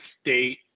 state